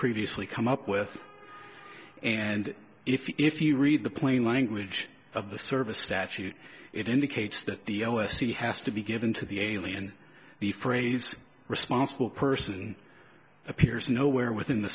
previously come up with and if you read the plain language of the service that you it indicates that the u s c has to be given to the alien the phrase responsible person appears nowhere within the